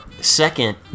second